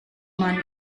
man